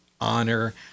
honor